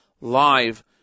live